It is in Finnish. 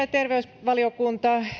ja terveysvaliokunta